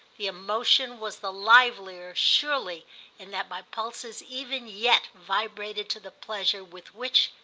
the emotion was the livelier surely in that my pulses even yet vibrated to the pleasure with which,